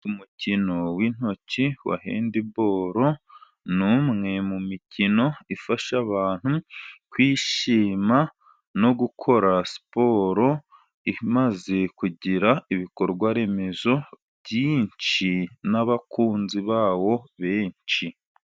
Umukino w' intoki (wa hendi bolo) ni imwe mu mikino ifasha abantu kwishima no gukora siporo, imaze kugira ibikorwaremezo byinshi n' abakunzi bawo benshi.